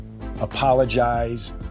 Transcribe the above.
apologize